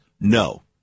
No